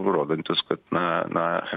rodantys kad na na